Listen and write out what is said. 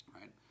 right